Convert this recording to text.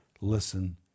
listen